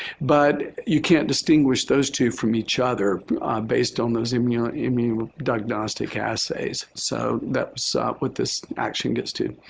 but you can't distinguish those two from each other based on those um yeah immunodiagnostic assays. so, that's ah what this action gets to.